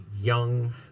young